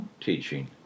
teaching